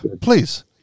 please